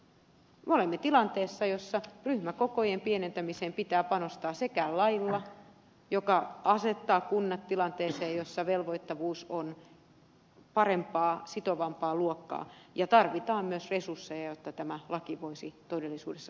me olemme tilanteessa jossa ryhmäkokojen pienentämiseen pitää panostaa sekä lailla joka asettaa kunnat tilanteeseen jossa velvoittavuus on parempaa sitovampaa luokkaa ja tarvitaan myös resursseja jotta tämä laki voisi todellisuudessa toteutua